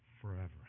forever